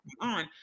on